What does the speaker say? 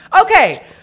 Okay